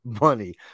money